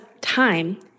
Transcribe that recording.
time